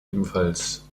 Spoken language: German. ebenfalls